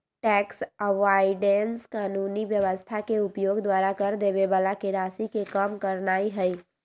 tax avoidance कानूनी व्यवस्था के उपयोग द्वारा कर देबे बला के राशि के कम करनाइ हइ